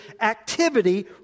activity